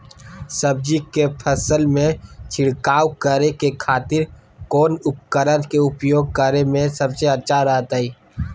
सब्जी के फसल में छिड़काव करे के खातिर कौन उपकरण के उपयोग करें में सबसे अच्छा रहतय?